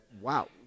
wow